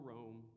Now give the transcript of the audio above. Rome